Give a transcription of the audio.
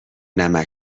نمکـ